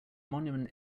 monument